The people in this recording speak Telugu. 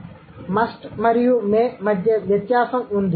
కాబట్టి మస్ట్ మరియు మే మధ్య వ్యత్యాసం ఉంది